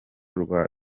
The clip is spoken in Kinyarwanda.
rwa